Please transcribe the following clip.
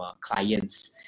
clients